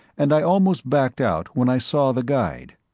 and i almost backed out when i saw the guide.